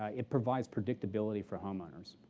ah it provides predictability for home owners.